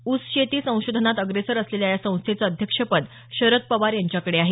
ऊस शेती संशोधनात अग्रेसर असलेल्या या संस्थेचं अध्यक्षपद शरद पवार यांच्याकडे आहे